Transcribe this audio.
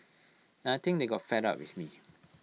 and I think they got fed up with me